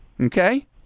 Okay